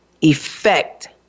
effect